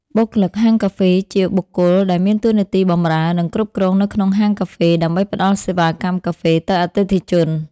បុគ្គលិកហាងកាហ្វេ ជាបុគ្គលដែលមានតួនាទីបម្រើ និងគ្រប់គ្រងនៅក្នុងហាងកាហ្វេ ដើម្បីផ្ដល់សេវាកម្មកាហ្វេទៅអតិថិជន។